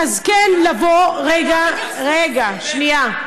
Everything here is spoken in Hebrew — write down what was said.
אז כן לבוא, רגע, רגע, שנייה,